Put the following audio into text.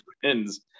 friends